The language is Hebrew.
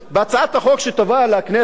בהצעת החוק שתובא לכנסת,